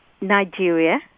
Nigeria